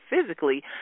physically